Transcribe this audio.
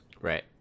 Right